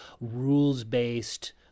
rules-based